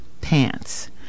pants